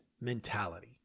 mentality